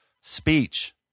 speech